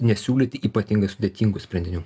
nesiūlyti ypatingai sudėtingų sprendinių